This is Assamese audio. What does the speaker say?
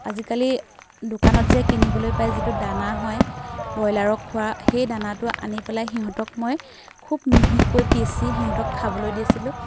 আজিকালি দোকানত যে কিনিবলৈ পায় যিটো দানা হয় ব্ৰইলাৰক খোৱা সেই দানাটো আনি পেলাই সিহঁতক মই খুব মিহিকৈ পিচি সিহঁতক খাবলৈ দিছিলোঁ